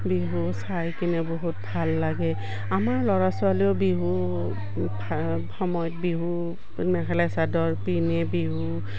বিহু চাই কিনে বহুত ভাল লাগে আমাৰ ল'ৰা ছোৱালীয়েও বিহু সময়ত বিহু মেখেলা চাদৰ পিন্ধি বিহু